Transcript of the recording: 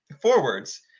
forwards